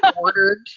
ordered